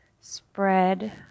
spread